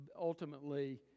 ultimately